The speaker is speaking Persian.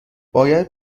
باید